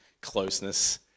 closeness